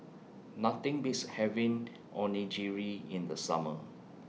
Nothing Beats having Onigiri in The Summer